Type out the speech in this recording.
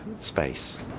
space